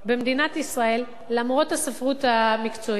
במדינת ישראל, למרות הספרות המקצועית,